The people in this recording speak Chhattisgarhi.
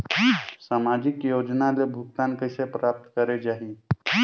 समाजिक योजना ले भुगतान कइसे प्राप्त करे जाहि?